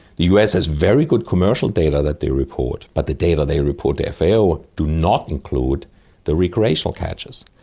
the us has very good commercial data that they report but the data they report to fao do not include the recreational catches.